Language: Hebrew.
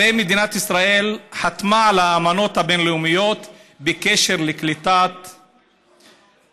הרי מדינת ישראל חתמה על האמנות הבין-לאומיות בקשר לקליטת פליטים,